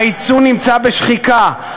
היצוא נמצא בשחיקה,